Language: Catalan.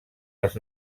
les